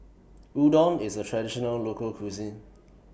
Udon IS A Traditional Local Cuisine